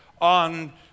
on